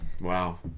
wow